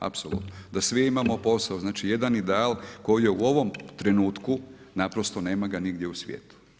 Apsolutno, da svi imamo posao, znači jedan ideal kojeg u ovom trenutku naprosto nema ga nigdje u svijetu.